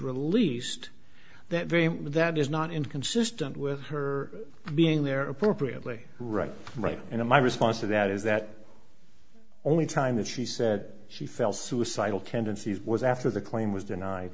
released that very that is not inconsistent with her being there appropriately right right and in my response to that is that only time that she said she felt suicidal tendencies was after the claim was denied